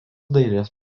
dailės